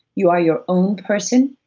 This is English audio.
you are your own person,